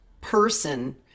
person